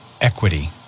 equity